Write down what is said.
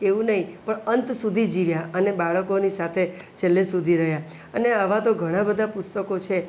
એવું નહીં પણ અંત સુધી જીવ્યા અને બાળકોની સાથે છેલ્લે સુધી રહ્યા અને આવા તો ઘણા બધા પુસ્તકો છે